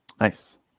Nice